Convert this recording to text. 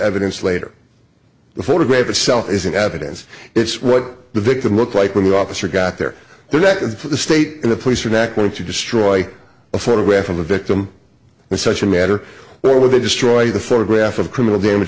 evidence later the photograph itself isn't evidence it's what the victim looked like when the officer got there their neck and for the state and the police are not going to destroy a photograph of the victim in such a matter where they destroy the photograph of criminal